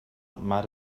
mar